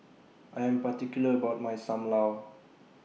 I Am particular about My SAM Lau